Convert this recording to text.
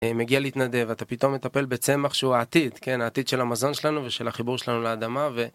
מגיע להתנדב, אתה פתאום מטפל בצמח שהוא העתיד, כן, העתיד של המזון שלנו ושל החיבור שלנו לאדמה ו...